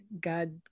God